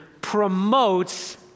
promotes